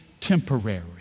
temporary